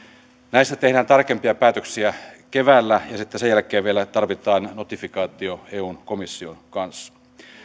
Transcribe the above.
näistä tehdään tarkempia päätöksiä keväällä ja sitten sen jälkeen vielä tarvitaan notifikaatio eun komission kanssa